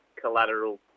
collateral